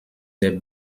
der